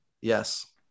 Yes